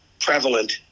prevalent